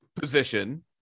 position